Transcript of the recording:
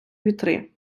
вітри